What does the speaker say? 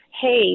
hey